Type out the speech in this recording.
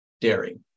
dairy